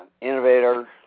innovator